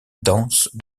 danse